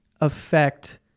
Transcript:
affect